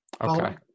Okay